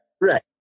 right